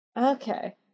Okay